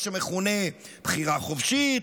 מה שמכונה בחירה חופשית,